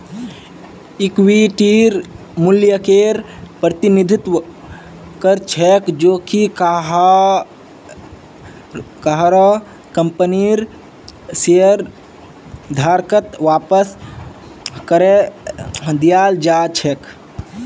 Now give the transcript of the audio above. इक्विटीर मूल्यकेर प्रतिनिधित्व कर छेक जो कि काहरो कंपनीर शेयरधारकत वापस करे दियाल् जा छेक